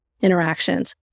interactions